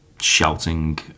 shouting